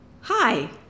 Hi